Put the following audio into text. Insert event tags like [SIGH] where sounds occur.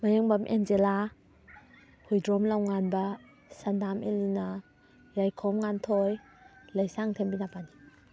ꯃꯌꯦꯡꯕꯝ Angela Huidrom ꯂꯝꯉꯥꯟꯕ ꯁꯟꯗꯥꯝ ꯑꯦꯂꯤꯅꯥ ꯌꯥꯏꯈꯣꯝ ꯉꯥꯟꯊꯣꯏ ꯂꯩꯁꯥꯡꯊꯦꯝ ꯕꯤꯅꯥꯄꯥꯅꯤ [UNINTELLIGIBLE]